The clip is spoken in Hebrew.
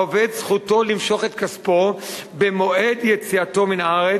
העובד, זכותו למשוך את כספו במועד יציאתו מן הארץ,